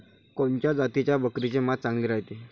कोनच्या जातीच्या बकरीचे मांस चांगले रायते?